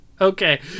Okay